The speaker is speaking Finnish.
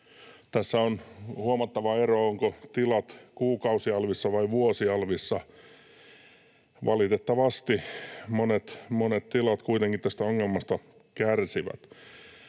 Tässä on huomattava ero, onko tila kuukausi-alvissa vai vuosi-alvissa, mutta valitettavasti monet tilat kuitenkin tästä ongelmasta kärsivät.